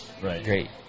great